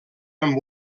amb